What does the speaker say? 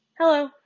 Hello